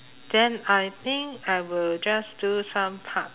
then I think I will just do some part